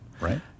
Right